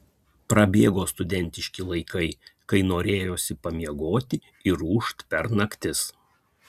prabėgo studentiški laikai kai norėjosi pamiegoti ir ūžt per naktis